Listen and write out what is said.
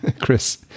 Chris